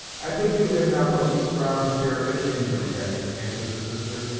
i think you have not the least ground to fear any injury, hetty, answered the sister,